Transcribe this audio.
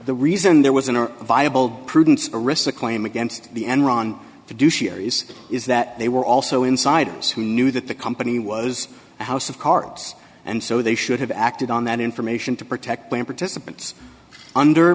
the reason there was an viable prudence arista claim against the enron to do sherry's is that they were also insiders who knew that the company was a house of cards and so they should have acted on that information to protect plan participants under